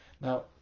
Now